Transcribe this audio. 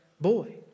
boy